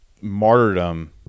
martyrdom